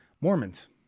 Mormons